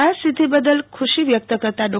આ સિધ્ધી બદલ ખુશી વ્યક્ત કરતા ડો